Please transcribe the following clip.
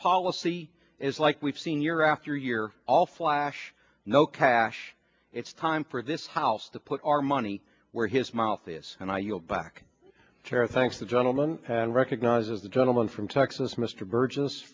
policy is like we've seen year after year all flash no cash it's time for this how to put our money where his mouth is and i yield back tara thanks the gentleman and recognizes the gentleman from texas mr burges